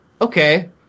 okay